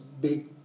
big